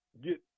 get